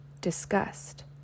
disgust